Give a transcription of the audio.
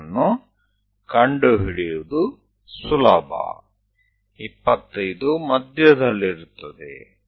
me ಅನ್ನು ಕಂಡುಹಿಡಿಯುವುದು ಸುಲಭ 25 ಮಧ್ಯದಲ್ಲಿರುತ್ತದೆ